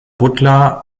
butler